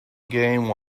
game